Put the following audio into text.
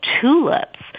tulips